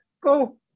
go